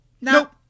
nope